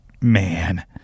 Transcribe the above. man